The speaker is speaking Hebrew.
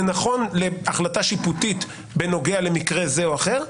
זה נכון להחלטה שיפוטית בנוגע למקרה זה או אחר,